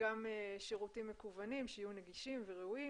גם שירותים מקוונים שיהיו נגישים וראויים